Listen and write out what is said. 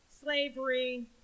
slavery